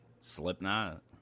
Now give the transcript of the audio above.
Slipknot